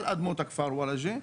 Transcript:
אל אדמות הכפר וולאג'ה,